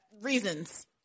reasons